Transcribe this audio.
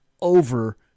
over